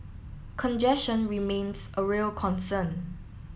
congestion remains a real concern